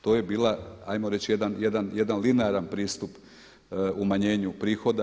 To je bila hajmo reći jedan linearan pristup umanjenju prihoda.